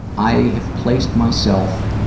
i have placed myself,